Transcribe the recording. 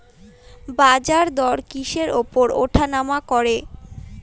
বাজারদর কিসের উপর উঠানামা করে?